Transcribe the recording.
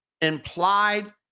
implied